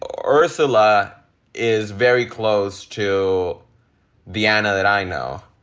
ah ursula is very close to diana that i know.